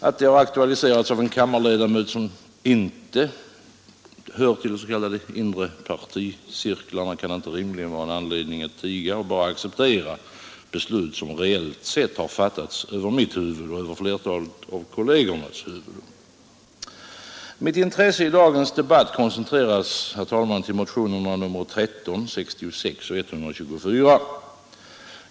Att de aktualiserats av en kammarledamot som ej hör till de s.k. inre particirklarna kan inte rimligen vara en anledning att tiga och bara acceptera beslut som reellt sett har fattats över mitt huvud och över flertalet kollegers huvuden. Mitt intresse i dagens debatt koncentreras till motionerna 13, 66 och 124.